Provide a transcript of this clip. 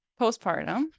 postpartum